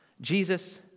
Jesus